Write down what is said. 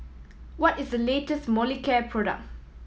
what is the latest Molicare product